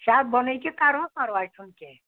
شےٚ ہَتھ بۄنٕے تہِ کَرہوس پرواے چھُنہٕ کیٚنٛہہ